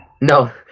No